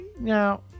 now